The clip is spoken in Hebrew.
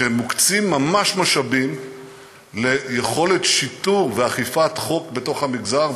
שמוקצים ממש משאבים ליכולת שיטור ואכיפת חוק בתוך המגזר,